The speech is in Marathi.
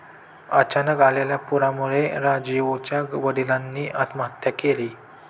अचानक आलेल्या पुरामुळे राजीवच्या वडिलांनी आत्महत्या केली